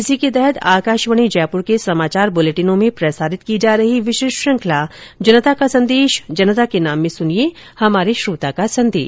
इसी के तहत आकाशवाणी जयपुर के समाचार बुलेटिनों में प्रसारित की जा रही विशेष श्रृखंला जनता का संदेश जनता के नाम में सुनिये हमारे श्रोता का संदेश